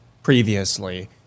previously